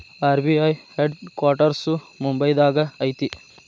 RBI headquarters ಮುಂಬೈದಾಗ ಐತಿ